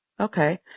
Okay